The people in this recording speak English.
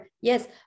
Yes